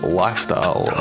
lifestyle